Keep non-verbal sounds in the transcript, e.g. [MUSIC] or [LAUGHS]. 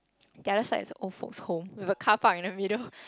the other side is a old folk's home with a carpark in the middle [LAUGHS]